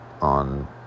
on